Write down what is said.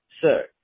sir